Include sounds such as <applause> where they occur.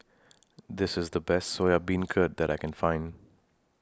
<noise> This IS The Best Soya Beancurd that I Can Find